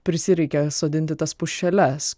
prisireikė sodinti tas pušeles